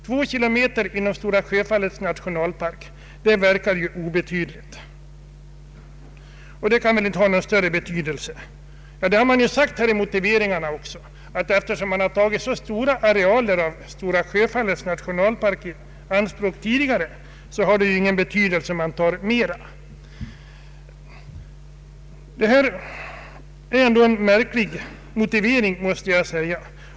Det kan tyckas obetydligt, och säger man, det kan väl inte ha någon större betydelse. I motiveringarna har framhållits att eftersom man har tagit så stora arealer av Stora Sjöfallets nationalpark i anspråk redan tidigare, så har det ingen betydelse om man tar mera. Det är en märklig motivering, måste jag säga.